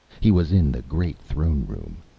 he was in the great throne room.